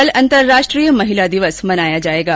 कल अंतर्राष्ट्रीय महिला दिवस मनाया जायेगा